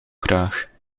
graag